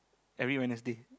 every Wednesday